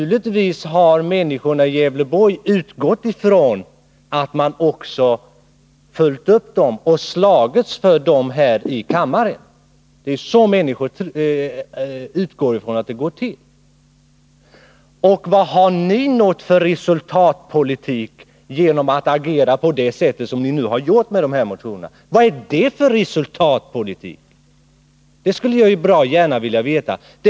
Givetvis har människorna i Gävleborg utgått ifrån att ni har följt upp motionerna och slagits för dem här i kammaren. Det är ju så människor tar för givet att det går till. Vilken resultatpolitik har ni uppnått genom att agera på det sätt som ni har gjort? Jag skulle bra gärna vilja veta det.